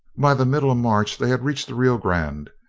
by the middle of march they had reached the rio grande,